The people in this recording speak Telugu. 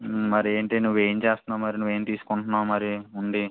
మరి ఏంటి నువ్వు ఏం చేస్తున్నావు మరి నువ్వు ఏం తీసుకుంటున్నావు మరి ఉండి